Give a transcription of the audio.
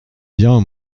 bien